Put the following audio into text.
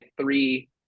three